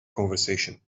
conversation